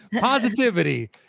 Positivity